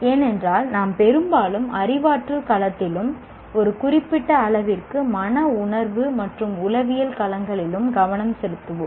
ஏனென்றால் நாம் பெரும்பாலும் அறிவாற்றல் களத்திலும் ஒரு குறிப்பிட்ட அளவிற்கு மன உணர்வு மற்றும் உளவியல் களங்களிலும் கவனம் செலுத்துவோம்